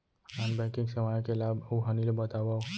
non banking सेवाओं के लाभ अऊ हानि ला बतावव